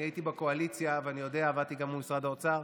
אני הייתי בקואליציה ועבדתי גם מול משרד האוצר.